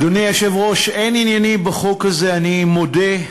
אדוני היושב-ראש, אין ענייני בחוק הזה, אני מודה.